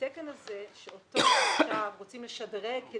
התקן הזה שאותו עכשיו רוצים לשדרג,